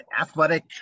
athletic